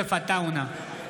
יוסף עטאונה,